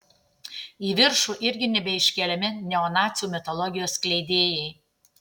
į viršų irgi nebeiškeliami neonacių mitologijos skleidėjai